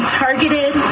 targeted